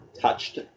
touched